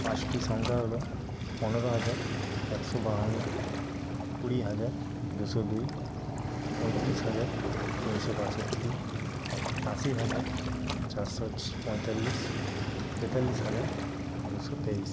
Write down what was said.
পাঁচটি সংখ্যা হলো পনেরো হাজার একশো বাহান্ন কুড়ি হাজার দুশো দুই পঁয়ত্রিশ হাজার তিনশো বাষট্টি আশি হাজার চারশো পঁয়তাল্লিশ তেতাল্লিশ হাজার দুশো তেইশ